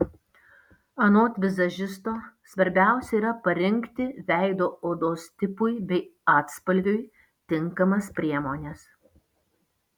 anot vizažisto svarbiausia yra parinkti veido odos tipui bei atspalviui tinkamas priemones